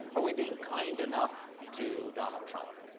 are we being kind enough to donald trump?